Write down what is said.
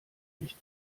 nicht